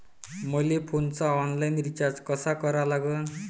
मले फोनचा online recharge कसा करा लागन?